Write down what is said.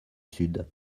sud